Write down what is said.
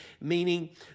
meaning